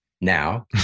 now